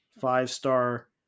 five-star